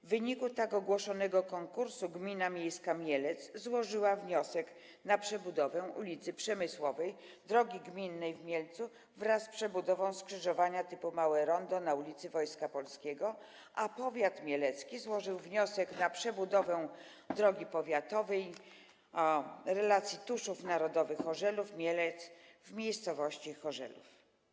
W wyniku tak ogłoszonego konkursu gmina miejska Mielec złożyła wniosek na przebudowę ul. Przemysłowej, drogi gminnej w Mielcu, wraz z przebudową skrzyżowania typu małe rondo na ul. Wojska Polskiego, a powiat mielecki złożył wniosek na przebudowę drogi powiatowej relacji Tuszów Narodowy - Chorzelów - Mielec w miejscowości Chorzelów.